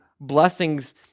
blessings